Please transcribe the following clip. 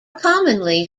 commonly